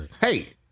Hey